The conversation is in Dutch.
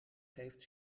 geeft